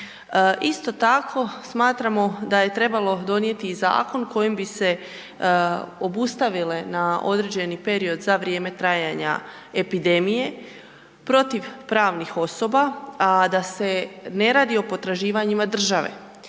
Isto tako smatramo da je trebalo donijeti i zakon kojim bi se obustavile na određeni period za vrijeme trajanja epidemije protiv pravnih osoba, a da se ne radi o potraživanjima države.